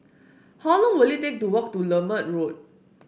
how long will it take to walk to Lermit Road